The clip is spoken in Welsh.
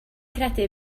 credu